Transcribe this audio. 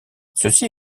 ceci